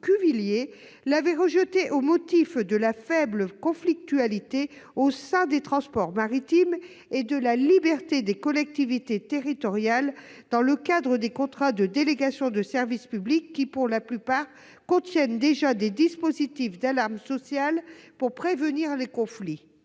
l'avait rejeté pour un double motif : la faible conflictualité au sein des transports maritimes et la liberté des collectivités territoriales dans le cadre des contrats de délégation de service public, qui, pour la plupart, contiennent déjà des dispositifs d'alarme sociale pour prévenir les conflits.